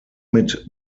mit